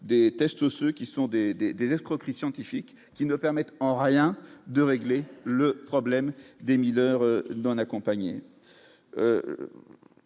des tests osseux qui sont des, des, des escroqueries scientifiques qui ne permettent en rien de régler le problème des mineurs non accompagnés,